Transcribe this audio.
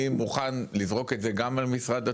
אני מוכן לזרוק את זה על משרד התפוצות,